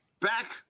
back